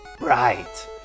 Right